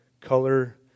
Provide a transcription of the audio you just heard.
color